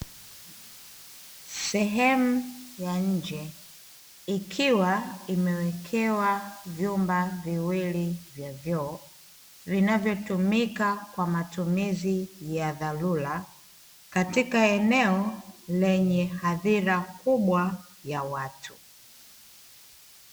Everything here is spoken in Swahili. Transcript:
Sehemu ya nje ikiwa imewekewa vyumba viwili vya vyoo, vinavyotumika kwa matumizi ya dharula, katika eneo lenye hadhira kubwa ya watu.